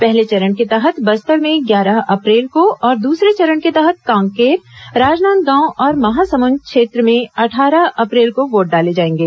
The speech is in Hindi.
पहले चरण के तहत बस्तर में ग्यारह अप्रैल को और दूसरे चरण के तहत कांकेर राजनांदगांव और महासमुंद क्षेत्र में अट्ठारह अप्रैल को वोट डाले जाएंगे